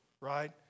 Right